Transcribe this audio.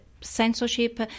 censorship